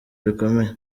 bikomeye